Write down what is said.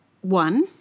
One